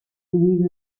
diviso